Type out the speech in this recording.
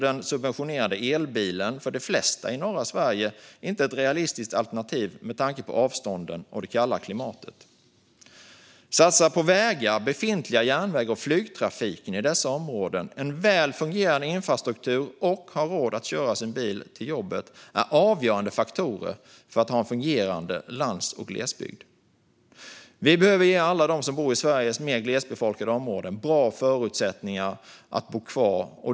Den subventionerade elbilen är inte ett realistiskt alternativ för de flesta i norra Sverige med tanke på avstånden och det kalla klimatet. Det hade varit bättre att satsa på vägar, befintliga järnvägar och flygtrafiken i dessa områden. En väl fungerande infrastruktur och att ha råd att köra sin bil till jobbet är avgörande faktorer för att vi ska ha en fungerande lands och glesbygd. Vi behöver ge alla som bor i Sveriges mer glesbefolkade områden bra förutsättningar för att bo kvar.